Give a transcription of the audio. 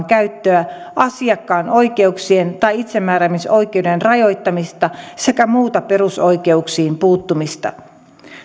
käyttöä asiakkaan oikeuksien tai itsemääräämisoikeuden rajoittamista sekä muuta perusoikeuksiin puuttumista